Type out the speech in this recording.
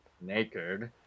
naked